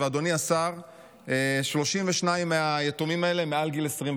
עניין של 35 מיליון שקלים בלבד.